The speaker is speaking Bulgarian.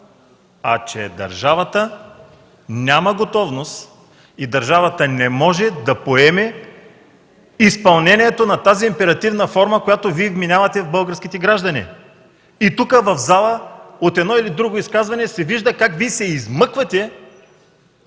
а че държавата няма готовност и не може да поеме изпълнението на тази императивна форма, която Вие вменявате на българските граждани. Тук, в залата, от едно или друго изказване се вижда как Вие се измъквате